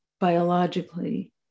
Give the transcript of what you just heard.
biologically